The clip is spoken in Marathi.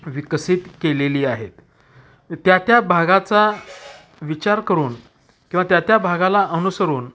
विकसित केलेली आहेत त्या त्या भागाचा विचार करून किंवा त्या त्या भागाला अनुसरून